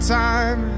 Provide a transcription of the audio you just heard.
time